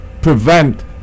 prevent